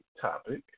topic